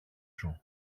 σου